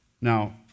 Now